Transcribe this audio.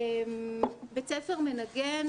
בית ספר מנגן,